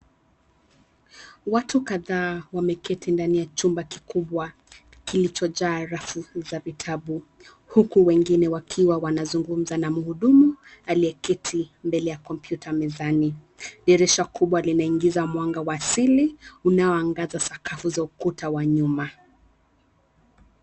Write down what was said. Watu kadhaa wameketi ndani ya chumba kikubwa kilichojaa rafu za vitabu, huku wengine wakiwa wanazungumza na mhudumu aliyeketi mbele ya kompyuta mezani. Dirisha kubwa linaingiza mwanga wa asili, unaoangaza sakafu za ukuta wa nyuma.